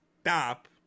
stop